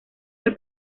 del